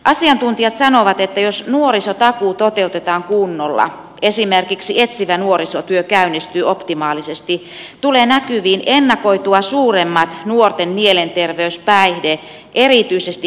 asiantuntijat sanovat että jos nuorisotakuu toteutetaan kunnolla esimerkiksi etsivä nuorisotyö käynnistyy optimaalisesti tulee näkyviin ennakoitua suuremmat nuorten mielenterveys päihde erityisesti huumeongelmat